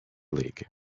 league